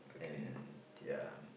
and ya